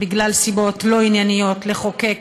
מסיבות לא ענייניות, לחוקק